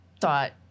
thought